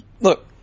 look